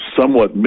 somewhat